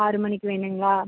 ஆறு மணிக்கு வேணுங்களா